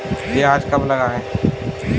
प्याज कब लगाएँ?